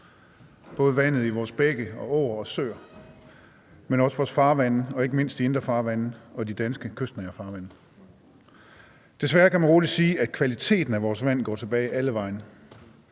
både vandet i vores bække, åer og søer, men også i vores farvande og ikke mindst i de indre farvande og de danske kystnære farvande. Desværre kan man roligt sige, at kvaliteten af vores vand går tilbage alle vegne.